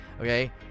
Okay